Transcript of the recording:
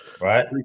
Right